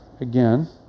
again